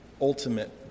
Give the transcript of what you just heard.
ultimate